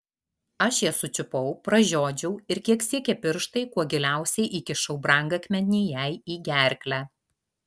aš ją sučiupau pražiodžiau ir kiek siekė pirštai kuo giliausiai įkišau brangakmenį jai į gerklę